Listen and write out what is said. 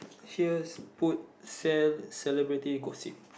heres put sell celebrity gossip